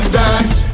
dance